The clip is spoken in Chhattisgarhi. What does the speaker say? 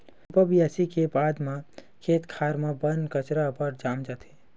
रोपा बियासी के बाद म खेत खार म बन कचरा अब्बड़ जाम जाथे